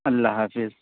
اللہ حافظ